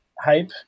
hype